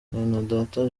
mwenedata